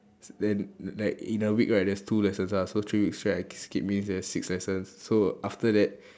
then like in a week right there's two lessons lah so three weeks right I skip means there's six lessons so after that